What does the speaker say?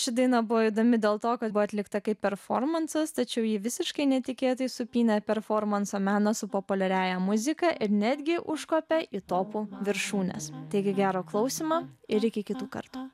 ši daina buvo įdomi dėl to kad buvo atlikta kaip performansas tačiau ji visiškai netikėtai supynė performanso meną su populiariąja muzika ir netgi užkopė į topų viršūnes taigi gero klausymo ir iki kito karto